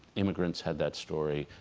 immigrants had that story,